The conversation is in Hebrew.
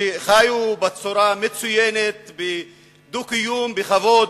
שחיו בצורה מצוינת בדו-קיום, בכבוד,